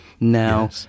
Now